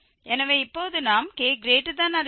எனவே இப்போது நாம் k≥0 ஐ சரிபார்ப்போம்